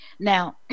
Now